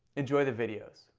enjoy the video!